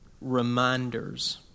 reminders